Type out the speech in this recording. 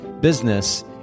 business